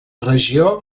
regió